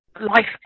life